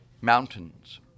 mountains